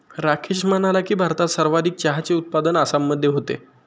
राकेश म्हणाला की, भारतात सर्वाधिक चहाचे उत्पादन आसाममध्ये होते